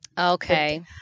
Okay